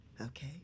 Okay